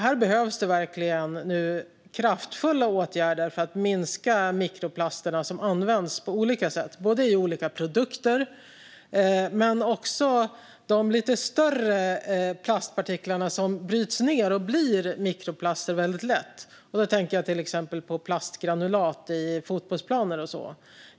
Här behövs det nu verkligen kraftfulla åtgärder för att minska mikroplasterna som används på olika sätt i olika produkter. Men det handlar också om att minska de lite större platspartiklarna som bryts ned och blir mikroplaster väldigt lätt. Jag tänker till exempel på plastgranulat i fotbollsplaner och så vidare.